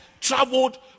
traveled